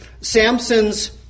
Samson's